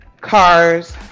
cars